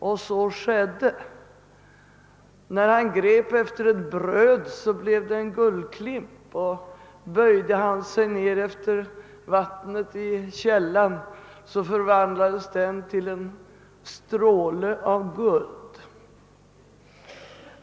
Så blev det också: när han grep efter ett bröd blev det en guldklimp, och böjde han sig ner efter vattnet i källan förvandlades det till en stråle av guld.